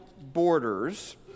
borders